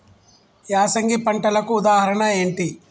యాసంగి పంటలకు ఉదాహరణ ఏంటి?